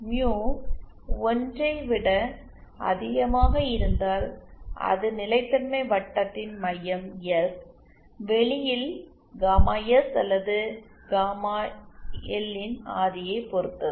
mu ஒன்றை விட அதிகமாக இருந்தால் அது நிலைத்தன்மை வட்டத்தின் மையம் எஸ் வெளியில் காமா எஸ் அல்லது காமா எல்லாம் அது பிறக்கும் இடத்தை பொறுத்தது